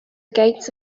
gates